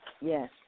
Yes